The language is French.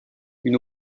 une